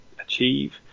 achieve